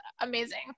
amazing